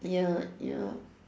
ya ya